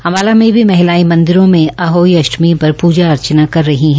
अम्बाला में महिलाओं मंदिरों में अहोई अष्टमी पर पूजा अर्चना कर रही है